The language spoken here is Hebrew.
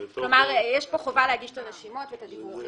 כלומר, יש פה חובה להגיש את הרשימות ואת הדיווחים.